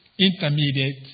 intermediate